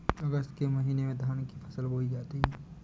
अगस्त के महीने में धान की फसल बोई जाती हैं